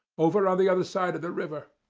over on the other side of the river.